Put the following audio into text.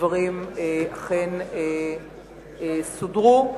הדברים אכן סודרו.